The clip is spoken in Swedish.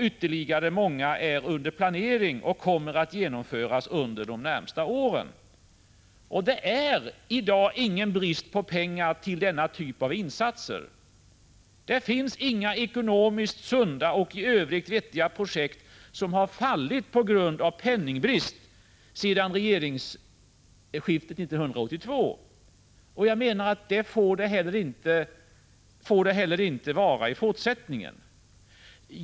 Ytterligare ett stort antal är under planering och kommer att bli verklighet under de närmaste åren. Det är i dag ingen brist på pengar till denna typ av insatser. Det finns sedan regeringsskiftet 1982 inget ekonomiskt sunt och i övrigt vettigt projekt som har fallit på grund av penningbrist. Det får inte heller ske i fortsättningen.